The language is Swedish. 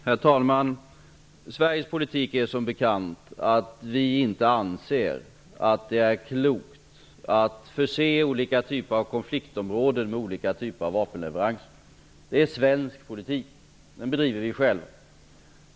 Herr talman! Sveriges politik är som bekant att vi inte anser att det är klokt att förse olika typer av konfliktområden med olika typer av vapenleveranser. Det är svensk politik. Den bedriver vi själva.